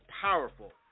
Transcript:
powerful